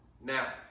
Now